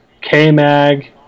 K-Mag